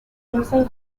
whether